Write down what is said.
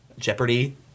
Jeopardy